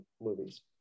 movies